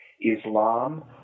Islam